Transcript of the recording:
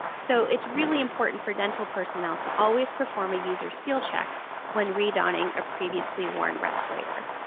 so, it's really important for dental personnel to always perform a user seal check when redonning a previously worn respirator.